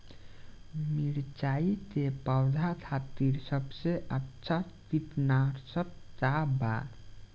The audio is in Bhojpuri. मिरचाई के पौधा खातिर सबसे अच्छा कीटनाशक का बा?